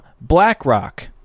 BlackRock